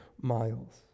miles